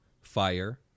fire